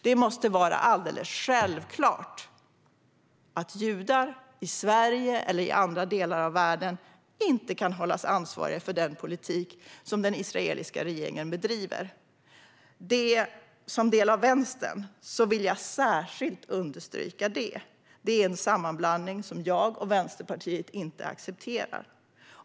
Det måste vara alldeles självklart att judar i Sverige eller i andra delar av världen inte kan hållas ansvariga för den politik som den israeliska regeringen bedriver. Som del av Vänstern vill jag särskilt understryka att det är en sammanblandning som jag och Vänsterpartiet inte accepterar.